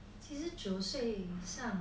其实九岁上